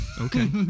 okay